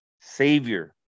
Savior